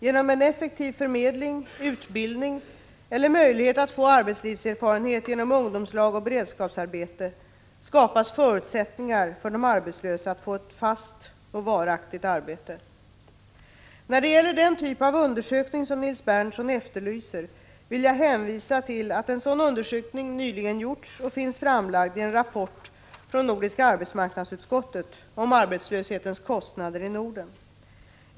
Genom en effektiv förmedling, utbildning eller möjlighet att få arbetslivserfarenhet genom ungdomslag och beredskapsarbete skapas förutsättningar för de arbetslösa att få ett fast och varaktigt arbete. När det gäller den typ av undersökning som Nils Berndtson efterlyser vill jag hänvisa till att en sådan undersökning nyligen gjorts och finns framlagd i en rapport från Nordiska arbetsmarknadsutskottet om Arbetslöshetens kostnader i Norden.